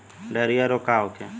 Diarrhoea रोग का होखे?